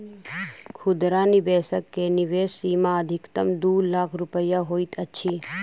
खुदरा निवेशक के निवेश सीमा अधिकतम दू लाख रुपया होइत अछि